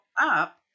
up